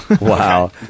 Wow